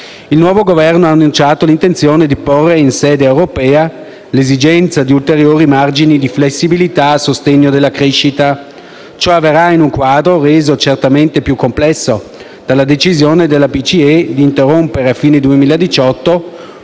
Il nuovo Governo ha annunciato l'intenzione di porre in sede europea l'esigenza di ulteriori margini di flessibilità a sostegno della crescita. Ciò avverrà in un quadro reso certamente più complesso dalla decisione della BCE di interrompere a fine 2018,